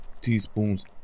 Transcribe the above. teaspoons